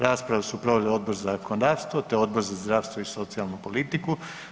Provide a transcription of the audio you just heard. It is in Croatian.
Raspravu su proveli Odbor za zakonodavstvo te Odbor za zdravstvo i socijalnu politiku.